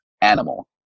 animal